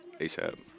ASAP